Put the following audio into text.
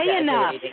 enough